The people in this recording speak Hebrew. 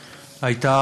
בבקשה, אדוני.